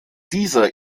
dieser